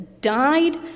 died